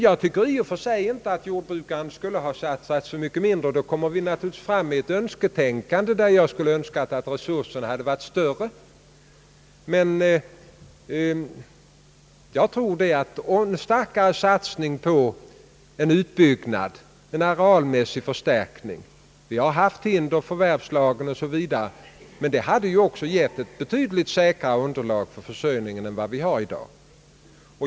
Sag tycker dock inte att jordbrukarna borde ha satsat så mycket mindre. Här blir det naturligtvis fråga om önsketänkande — jag skulle ha önskat att resurserna varit större. Vi har haft hinder för en arealmässig förstärkning och en starkare satsning — jag tänker på förvärvslagen o.s.v. — men jag tror att vi genom ökad satsning på arealutökning kunde haft ett betydligt säkrare underlag för jordbrukarnas försörjning.